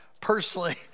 personally